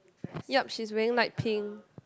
yup she is wearing light pink